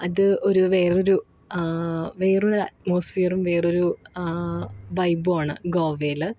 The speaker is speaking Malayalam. അത് ഒരു വേറൊരു വേറൊരു അറ്റ്മോസ്ഫിയറും വേറൊരു വൈബുമാണ് ഗോവയില്